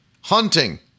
hunting